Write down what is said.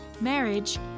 marriage